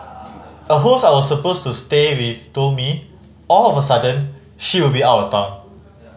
a host I was supposed to stay with told me all of a sudden she would be out of town